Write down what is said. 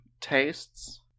tastes